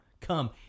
come